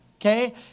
okay